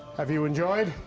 have you enjoyed?